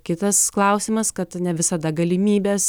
kitas klausimas kad ne visada galimybės